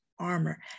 Armor